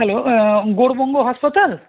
hello Gourbanga হাসপাতাল